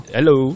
Hello